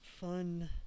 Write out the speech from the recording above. fun